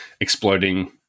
exploding